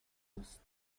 است